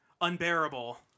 unbearable